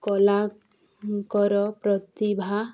କଳାଙ୍କର ପ୍ରତିଭା